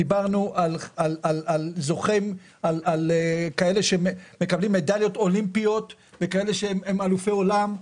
דיברנו על כאלה שמקבלים מדליות אולימפיות וכאלה שהם אלופי עולם.